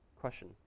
Question